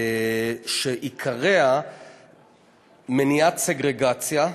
שעיקרה מניעת סגרגציה.